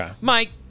Mike